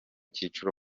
cyiciro